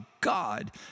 God